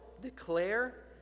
declare